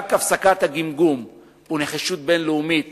רק הפסקת הגמגום ונחישות בין-לאומית